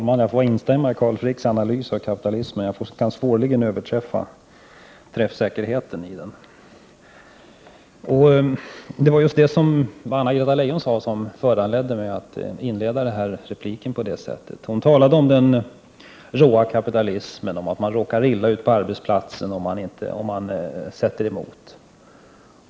Herr talman! Jag instämmer i Carl Fricks analys av kapitalismen. Jag skulle svårligen själv kunna överträffa träffsäkerheten i den. Det var just det som Anna-Greta Leijon sade, som föranledde mig att inleda min replik på detta sätt. Hon talade om den råa kapitalismen och om att man råkar illa ut på arbetsplatsen, om man motsätter sig någonting.